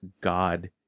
God